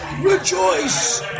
rejoice